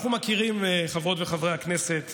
חברות וחברי הכנסת,